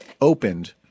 opened –